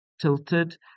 tilted